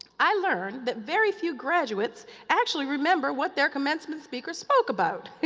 i learned that very few graduates actually remember what their commencement speaker spoke about.